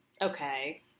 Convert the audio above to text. Okay